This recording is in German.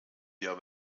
der